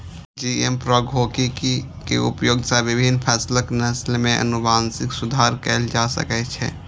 GM प्रौद्योगिकी के उपयोग सं विभिन्न फसलक नस्ल मे आनुवंशिक सुधार कैल जा सकै छै